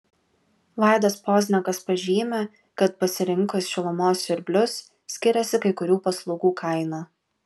vaidas pozniakas pažymi kad pasirinkus šilumos siurblius skiriasi kai kurių paslaugų kaina